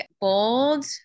bold